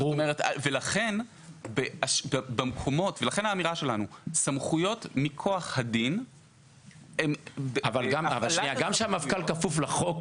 לכן האמירה שלנו שסמכויות מכוח הדין --- אבל גם כשהמפכ"ל כפוף לחוק,